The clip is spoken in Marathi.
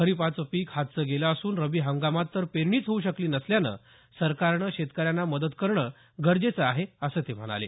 खरिपाचं पिक हातचं गेलं असून रबी हंगामात तर पेरणीच होऊ शकली नसल्यानं सरकारनं शेतकऱ्यांना मदत करणं गरजेचं आहे असं ते म्हणाले